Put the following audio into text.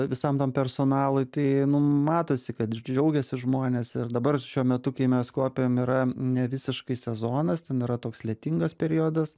visam tam personalui tai nu matosi kad džiaugiasi žmonės ir dabar šiuo metu kai mes kopėm yra ne visiškai sezonas ten yra toks lietingas periodas